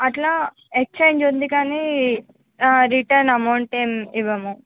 అట్లా ఎక్సచెంజ్ ఉంది కానీ ఆ రిటర్న్ అమౌంట్ ఏమీ ఇవ్వము